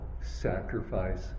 sacrifice